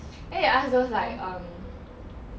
then they ask those like um